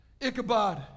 Ichabod